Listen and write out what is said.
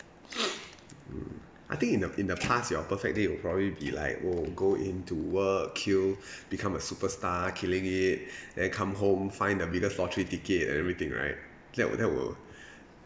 mm I think in the in the past your perfect day would probably be like !whoa! go in to work kill become a superstar killing it then come home find the biggest lottery ticket everything right that would that would